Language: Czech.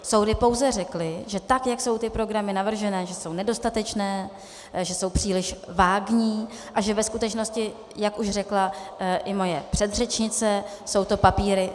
Soudy pouze řekly, že tak, jak jsou ty programy navrženy, jsou nedostatečné, jsou příliš vágní a že ve skutečnosti, jak už řekla i moje předřečnice, jsou to papíry pro papíry.